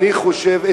אני חושב,